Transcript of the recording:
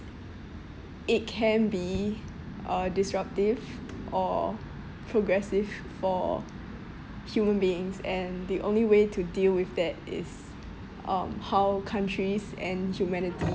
it can be uh disruptive or progressive for human beings and the only way to deal with that is uh how countries and humanity